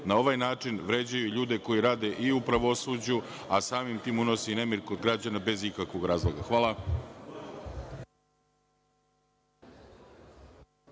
Na ovaj način vređaju ljude koji rade i u pravosuđu, a samim tim unose i nemir kod građana bez ikakvog razloga. Hvala.